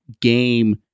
game